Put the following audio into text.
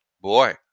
Boy